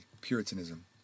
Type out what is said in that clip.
Puritanism